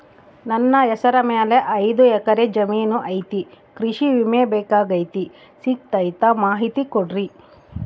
ನನ್ನ ಹೆಸರ ಮ್ಯಾಲೆ ಐದು ಎಕರೆ ಜಮೇನು ಐತಿ ಕೃಷಿ ವಿಮೆ ಬೇಕಾಗೈತಿ ಸಿಗ್ತೈತಾ ಮಾಹಿತಿ ಕೊಡ್ರಿ?